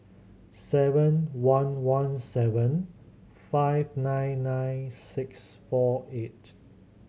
seven one one seven five nine nine six four eight